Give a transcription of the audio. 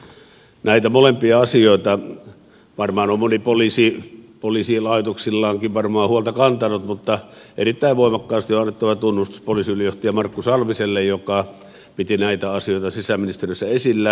näistä molemmista asioista varmaan on moni poliisi laitoksillaankin huolta kantanut mutta erittäin voimakkaasti on annettava tunnustus poliisiylijohtaja markku salmiselle joka piti näitä asioita sisäministeriössä esillä